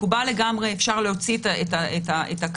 מקובל לגמרי, אפשר להוציא את הקו.